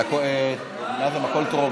ההצעה להעביר את הצעת חוק לתיקון פקודת